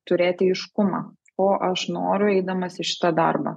turėti aiškumą ko aš noriu eidamas į šitą darbą